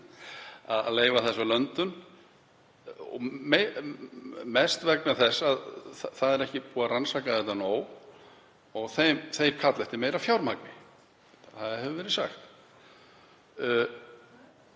að leyfa þessa löndun, mest vegna þess að ekki sé búið að rannsaka þetta nóg og kallað er eftir meira fjármagni. Það hefur verið sagt.